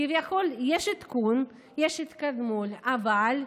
כביכול יש עדכון, יש התקדמות, אבל,